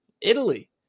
Italy